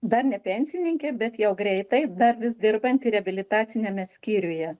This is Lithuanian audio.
dar ne pensininkė bet jau greitai dar vis dirbanti reabilitaciniame skyriuje